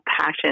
passion